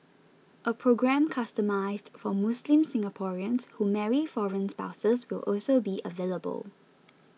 a programme customised for Muslim Singaporeans who marry foreign spouses will also be available